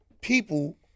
People